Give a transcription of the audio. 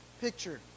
picture